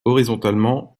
horizontalement